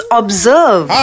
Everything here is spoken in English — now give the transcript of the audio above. observe